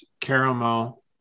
caramel